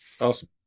awesome